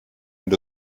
wenn